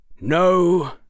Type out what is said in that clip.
No